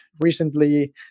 recently